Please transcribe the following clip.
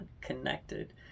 connected